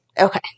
Okay